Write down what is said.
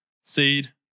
seed